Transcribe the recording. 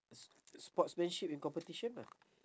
s~ sportsmanship in competition lah